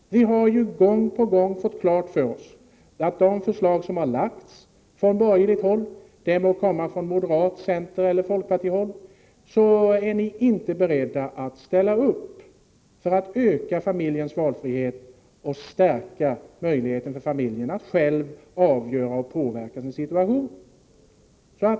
Vi har gång på gång fått klart för oss genom de förslag som har lagts fram från borgerligt håll — de må komma från moderat-, centereller folkpartihåll — att ni inte är beredda att ställa upp för att öka familjens valfrihet och stärka möjligheten för familjen att själv avgöra och påverka sin situation.